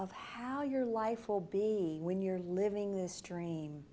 of how your life will be when you're living this dream